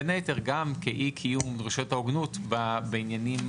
בין היתר גם מאי קיום דרישות ההוגנות גם בעניינים